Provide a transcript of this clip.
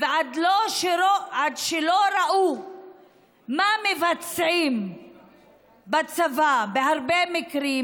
ועד שלא ראו מה מבצעים בצבא בהרבה מקרים,